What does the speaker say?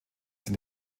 sind